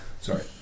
Sorry